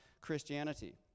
Christianity